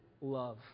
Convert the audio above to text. love